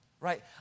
right